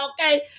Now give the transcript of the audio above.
okay